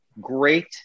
great